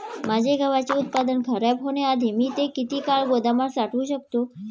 माझे गव्हाचे उत्पादन खराब होण्याआधी मी ते किती काळ गोदामात साठवू शकतो?